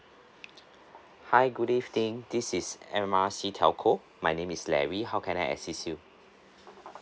hi good evening this is M R C telco my name is larry how can I assist you